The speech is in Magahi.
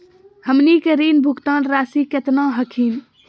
हमनी के ऋण भुगतान रासी केतना हखिन?